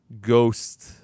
ghost